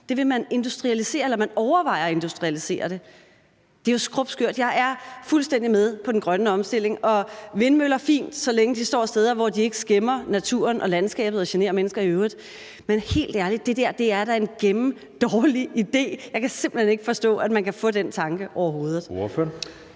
Det vil man industrialisere, eller man overvejer at industrialisere det. Det er jo skrupskørt. Jeg er fuldstændig med på den grønne omstilling. Og skal der være vindmøller? Fint – så længe de står steder, hvor de ikke skæmmer naturen og landskabet og generer mennesker i øvrigt. Men helt ærligt – det der er da en gennemdårlig idé. Jeg kan simpelt hen ikke forstå, at man kan få den tanke overhovedet. Kl.